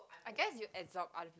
I guess you absorb other people's energy